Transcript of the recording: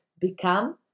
become